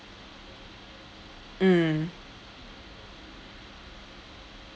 mm